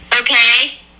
Okay